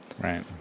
right